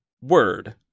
Word